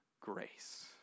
grace